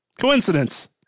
Coincidence